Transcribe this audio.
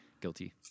guilty